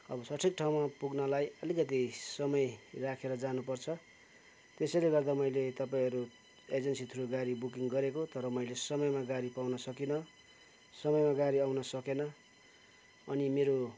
अब सठिक ठाउँमा पुग्नलाई अलिकति समय राखेर जानु पर्छ त्यसैले गर्दा मैले तपाईँहरू एजेन्सी थ्रु गाडी बुकिङ गरेको तर मैले समयमा गाडी पाउनु सकिनँ समयमा गाडी आउन सकेन अनि मेरो